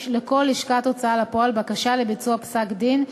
לכל לשכת הוצאה לפועל בקשה לביצוע פסק-דין,